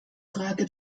frage